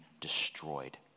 destroyed